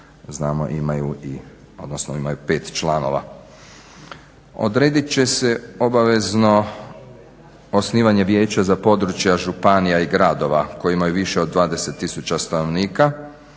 znamo imaju pet članova. Odredit će se obavezno osnivanje Vijeća za područja županija i gradova koji imaju više od 20 tisuća stanovnika.